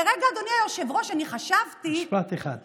לרגע, אדוני היושב-ראש, אני חשבתי, משפט אחד.